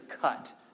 cut